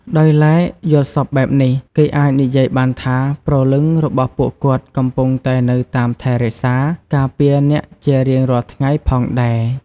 ដោយឡែក យល់សប្តិបែបនេះ គេអាចនិយាយបានថា ព្រលឹងរបស់ពួកគាត់ កំពុងតែនៅតាមថែរក្សា ការពារអ្នកជារៀងរាល់ថ្ងៃផងដែរ ។